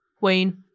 Wayne